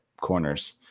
corners